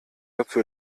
dazu